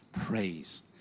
praise